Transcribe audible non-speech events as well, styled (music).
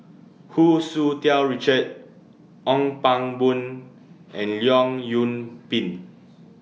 Hu Tsu Tau Richard Ong Pang Boon (noise) and Leong Yoon Pin